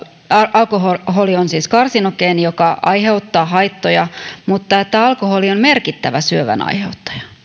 alkoholi on karsinogeeni joka aiheuttaa haittoja mutta se oli uutta että alkoholi on merkittävä syövän aiheuttaja